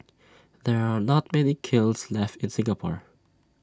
there are not many kilns left in Singapore